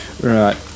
Right